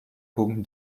whom